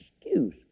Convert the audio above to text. excuse